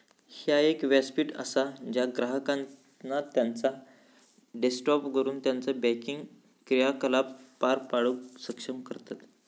ह्या एक व्यासपीठ असा ज्या ग्राहकांका त्यांचा डेस्कटॉपवरसून त्यांचो बँकिंग क्रियाकलाप पार पाडूक सक्षम करतत